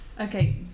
okay